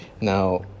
Now